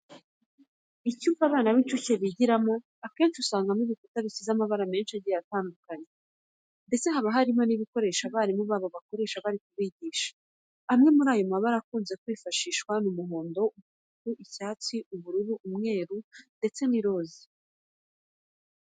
Icyumba abana b'incuke bigiramo, akenshi usangamo ibikuta bisize amabara menshi agiye atandukanye ndetse haba hanarimo n'ibikoresho abarimu babo bakoresha bari kubigisha. Amwe muri ayo mabara akunze kwifashishwa ni umuhondo, umutuku, icyatsi, ubururu, umweru ndetse n'iroze.